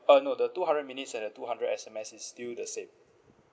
uh no the two hundred minutes and the two hundred S_M_S is still the same